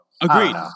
Agreed